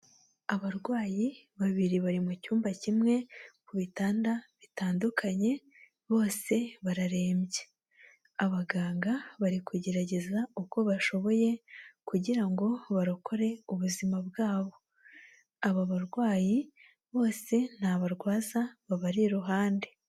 Abarwayi babiri bari mu cyumba kimwe ku bitanda bitandukanye bose bararembye, abaganga bari kugerageza uko bashoboye kugira ngo barokore ubuzima bwabo, aba barwayi bose nta barwaza babari iruhande.